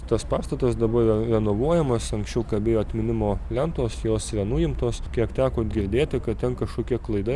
tas pastatas dabar yra renovuojamas anksčiau kabėjo atminimo lentos jos yra nuimtos kiek teko girdėti kad ten kažkokia klaida